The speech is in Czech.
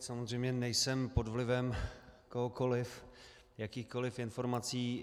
Samozřejmě nejsem pod vlivem kohokoliv, jakýchkoliv informací.